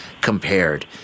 compared